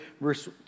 verse